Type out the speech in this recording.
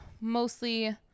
mostly